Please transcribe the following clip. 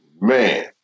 man